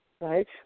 right